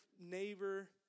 neighbor